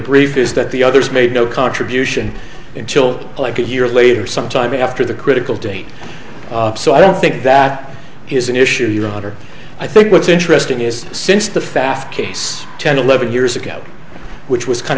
brief is that the others made no contribution until like a year later sometime after the critical date so i don't think that is an issue i think what's interesting is since the fast case ten eleven years ago which was kind